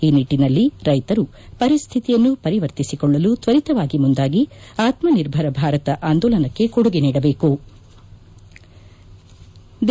ಈ ನಿಟ್ಟಿನಲ್ಲಿ ರೈತರು ಪರಿಸ್ಡಿತಿಯನ್ನು ಪರಿವರ್ತಿಸಿಕೊಳ್ಳಲು ತ್ಲರಿತವಾಗಿ ಮುಂದಾಗಿ ಆತ್ಮನಿರ್ಭರ್ ಭಾರತ ಆಂದೋಲನಕ್ಕೆ ಕೊಡುಗೆ ನೀಡಬೇಕು ಎಂದರು